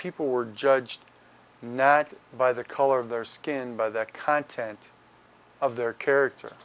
people were judged nat by the color of their skin by that content of their character